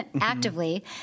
actively